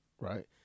right